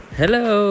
Hello